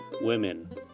Women